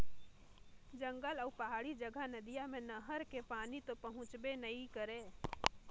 जंगल अउ पहाड़ी जघा नदिया मे नहर के पानी तो पहुंचबे नइ करय